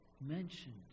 mentioned